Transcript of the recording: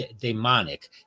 demonic